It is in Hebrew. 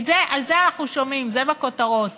את זה אנחנו שומעים, זה בכותרות,